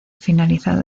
finalizado